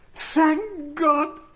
thank god,